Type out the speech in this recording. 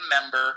member